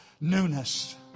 Newness